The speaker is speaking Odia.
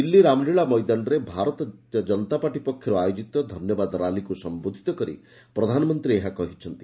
ଦିଲ୍ଲୀ ରାମଲୀଳା ମଇଦାନରେ ଭାରତୀୟ ଜନତା ପାର୍ଟି ପକ୍ଷରୁ ଆୟୋଜିତ ଧନ୍ୟବାଦ ର୍ୟାଲିକୁ ସମ୍ଭୋଧିତ କରି ପ୍ରଧାନମନ୍ତୀ ଏହା କହିଛନ୍ତି